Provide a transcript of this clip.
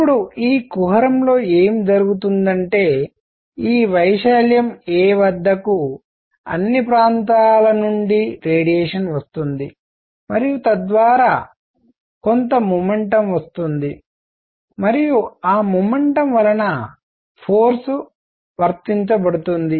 ఇప్పుడు ఈ కుహరంలో ఏమి జరుగుతుందంటే ఈ వైశాల్యం a వద్దకు అన్ని ప్రాంతాల నుండి రేడియేషన్ వస్తుంది మరియు తద్వారా కొంత మొమెంటం వస్తుంది మరియు ఆ మొమెంటం వలన ఫోర్స్ వర్తించబడుతుంది